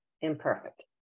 imperfect